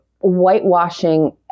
whitewashing